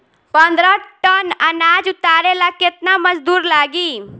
पन्द्रह टन अनाज उतारे ला केतना मजदूर लागी?